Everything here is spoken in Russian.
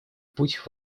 путь